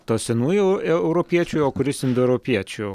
to senųjų europiečių o kuris indoeuropiečių